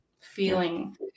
feeling